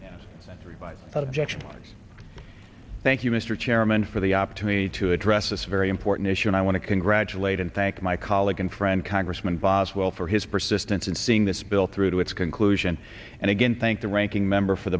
objections thank you mr chairman for the opportunity to address this very important issue and i want to congratulate and thank my colleague and friend congressman boswell for his persistence in seeing this bill through to its conclusion and again thank the ranking member for